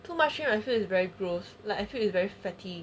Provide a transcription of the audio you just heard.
too much cream I feel it's very gross like I feel it's very fatty